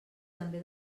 també